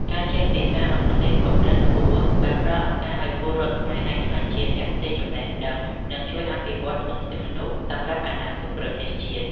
ការចេះភាសាអង់គ្លេសកម្រិតខ្ពស់បានផ្តល់ឱកាសឱ្យពលរដ្ឋខ្មែរអាចក្លាយជាអ្នកផ្ទេរចំណេះដឹង និងជួយអភិវឌ្ឍធនធានមនុស្សសម្រាប់អនាគតប្រទេសជាតិ។